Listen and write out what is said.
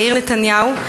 יאיר נתניהו,